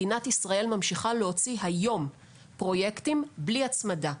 מדינת ישראל ממשיכה להוציא היום פרויקטים בלי הצמדה,